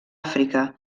àfrica